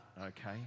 okay